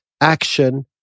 action